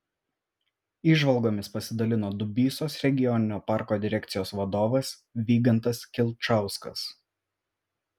įžvalgomis pasidalino dubysos regioninio parko direkcijos vadovas vygantas kilčauskas